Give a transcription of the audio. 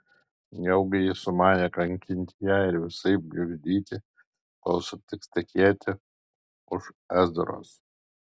nejaugi jis sumanė kankinti ją ir visaip gniuždyti kol sutiks tekėti už ezros